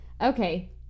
okay